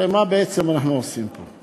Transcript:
הרי מה בעצם אנחנו עושים פה?